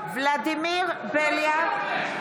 (קוראת בשמות חבר הכנסת) ולדימיר בליאק,